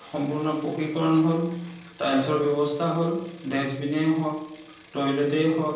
সম্পূৰ্ণ পকীকৰণ হ'ল টাইলচৰ ব্যৱস্থা হ'ল ডাষ্টবিনেই হওক টয়লেটেই হওক